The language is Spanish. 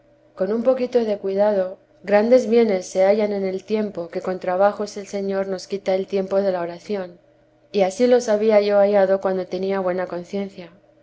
con un poquito de cuidado grandes bievida de la santa madre nes se hallan en el tiempo que con trabajos el señor nos quita el tiempo de la oración y ansí los había yo hallado cuando tenía buena conciencia